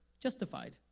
justified